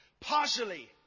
partially